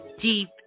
deep